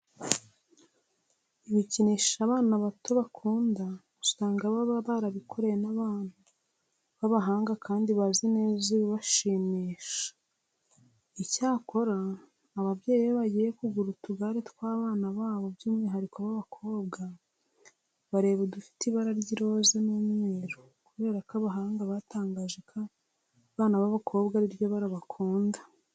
Ibikinisho abana bato bakunda usanga baba barabikorewe n'abantu b'abahanga kandi bazi neza ibibashimisha. Icyakora ababyeyi iyo bagiye kugura utugare tw'abana babo by'umwihariko b'abakobwa, bareba udufite ibara ry'iroze n'umweru kubera ko abahanga batangaje ko abana b'abakobwa ari ryo bara bakunda.